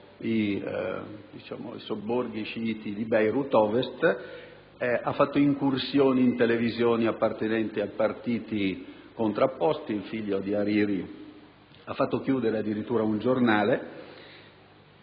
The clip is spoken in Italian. i sobborghi sciiti di Beirut ovest, ha fatto incursioni in sedi televisive appartenenti a partiti contrapposti; il figlio di Hariri ha fatto chiudere addirittura un giornale